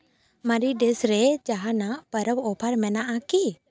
ᱢᱟᱨᱮᱱᱤᱥ ᱨᱮ ᱡᱟᱦᱟᱱᱟᱜ ᱯᱚᱨᱚᱵᱽ ᱚᱯᱷᱟᱨ ᱢᱮᱱᱟᱜᱼᱟ ᱠᱤ